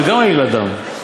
זה גם עלילת דם.